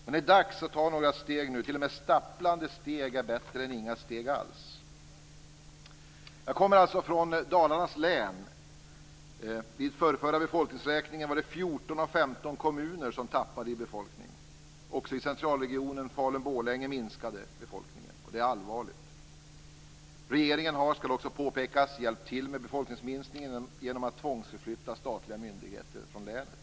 Men det är dags att ta några steg nu, t.o.m. stapplande steg är bättre än inga steg alls. Jag kommer alltså från Dalarnas län. Vid den förrförra befolkningsräkningen var det 14 av 15 kommuner som tappade i befolkning. Också i centralregionen Falun/Borlänge minskade befolkningen, och det är allvarligt. Regeringen har, det skall också påpekas, hjälpt till med befolkningsminskningen genom att tvångsförflytta statliga myndigheter från länet.